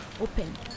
Open